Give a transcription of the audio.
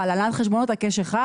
ואומר לך שלהנהלת חשבונות הקש כך וכך,